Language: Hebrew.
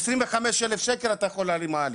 ב-25 אלף שקל אתה יכול להביא מעלית.